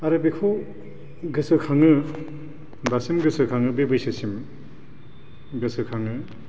आरो बेखौ गोसोखाङो दासिम गोसोखाङो बे बैसोसिम गोसोखाङो